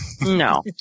No